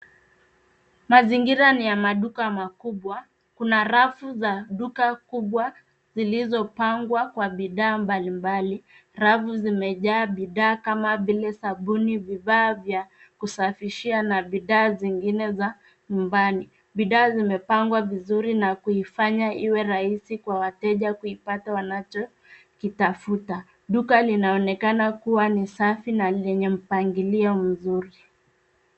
Mazingira ni ya maduka makubwa. Kuna rafu za duka kubwa zilizopangwa kwa bidhaa mbali mbali. Rafu zimejaa bidhaa kama vile: sabuni, vifaa vya kusafishia na bidhaa zingine za nyumbani. Bidhaa zimepangwa vizuri na kuifanya iwe rahisi kwa wateja kuipata wanachokitafuta. Duka linaonekana kuwa ni safi na lenye mpangilio mzuri.